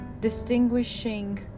distinguishing